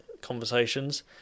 conversations